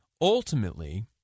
ultimately